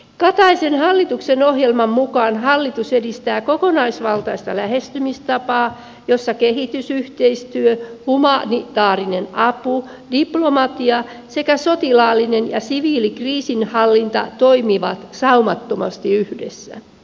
kataisen hallituksen ohjelman mukaan hallitus edistää kokonaisvaltaista lähestymistapaa jossa kehitysyhteistyö humanitaarinen apu diplomatia sekä sotilaallinen ja siviilikriisinhallinta toimivat saumattomasti yhdessä